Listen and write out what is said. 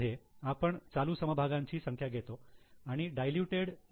मध्ये आपण चालू समभागांची संख्या घेतो आणि डायलूटेड इ